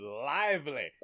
lively